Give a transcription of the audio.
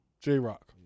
J-Rock